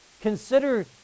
Consider